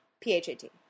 P-H-A-T